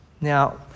Now